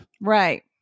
right